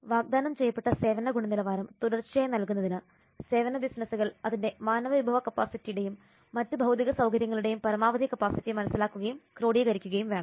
വാഗ്ദാനം ചെയ്യപ്പെട്ട സേവന ഗുണനിലവാരം തുടർച്ചയായി നൽകുന്നതിന് സേവന ബിസിനസുകൾ അതിന്റെ മാനവ വിഭവ കപ്പാസിറ്റിയുടെയും മറ്റ് ഭൌതിക സൌകര്യങ്ങളുടെയും പരമാവധി കപ്പാസിറ്റി മനസ്സിലാക്കുകയും ക്രോഡീകരിക്കുകയും വേണം